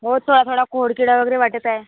रोज थोडा थोडा खोडकिडा वगैरे वाटतं आहे